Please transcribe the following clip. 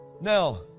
now